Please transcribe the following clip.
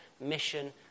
mission